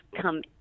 come